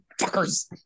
fuckers